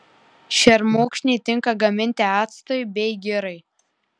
šermukšniai tinka gaminti actui bei girai